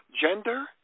gender